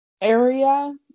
area